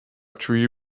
tree